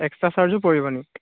extra চাৰ্জো পৰিব নি